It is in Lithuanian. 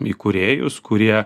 įkūrėjus kurie